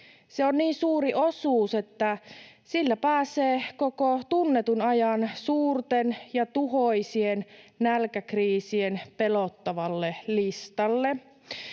Se on niin suuri osuus, että sillä pääsee koko tunnetun ajan suurten ja tuhoisien nälkäkriisien pelottavalle listalle.